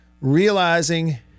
realizing